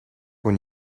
when